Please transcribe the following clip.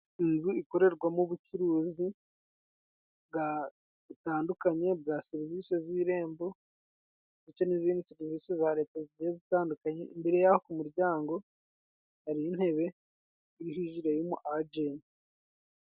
Inzu ikorerwamo ubucuruzi bwa butandukanye bwa serivisi z' irembo ndetse n'izindi serivisi za leta zigiye zitandukanye. Imbere yaho ku muryango hari intebe iriho ijire y'umuajenti.